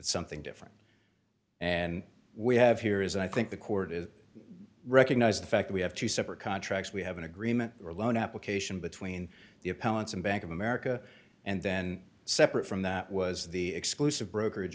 something different and we have here is i think the court is recognize the fact we have two separate contracts we have an agreement or loan application between the appellant's and bank of america and then separate from that was the exclusive brokerage